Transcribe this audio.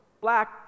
black